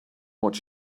what